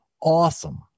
awesome